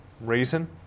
reason